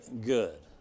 good